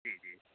जी जी